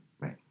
right